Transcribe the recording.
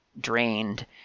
drained